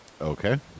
Okay